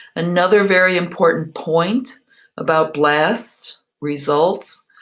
another very important point about blast results,